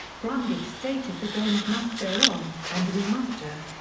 brundage stated the games must go on, and we must. ah